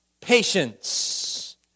patience